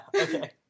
Okay